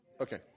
Okay